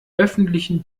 öffentlichen